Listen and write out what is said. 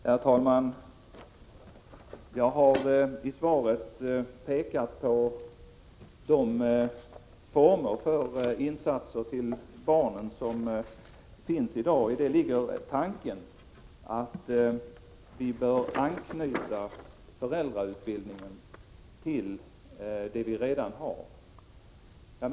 Herr talman! Jag har i svaret pekat på de former för insatser för barnen som finns i dag, och däri ligger tanken att föräldrautbildningen bör anknytas till det som redan finns.